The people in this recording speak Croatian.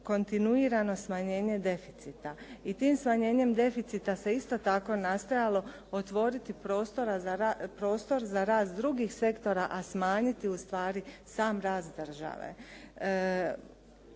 kontinuirano smanjenje deficita i tim smanjenjem deficita se isto tako nastojalo otvoriti prostor za rast drugih sektora a smanjiti ustvari sam rast države.